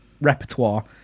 repertoire